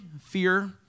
fear